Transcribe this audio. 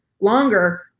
longer